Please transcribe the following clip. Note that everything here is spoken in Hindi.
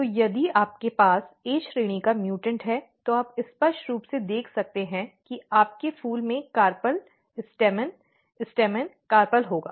तो यदि आपके पास A श्रेणी का म्यूटॅन्ट है तो आप स्पष्ट रूप से देख सकते हैं कि आपके फूल में कार्पेल स्टैमेन स्टैमेन कार्पल होगा